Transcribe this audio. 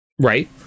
Right